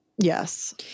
Yes